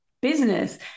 business